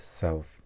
self